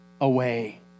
away